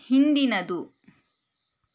ಹಿಂದಿನದು